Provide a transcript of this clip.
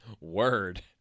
Word